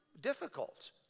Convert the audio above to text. difficult